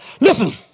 Listen